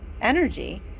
energy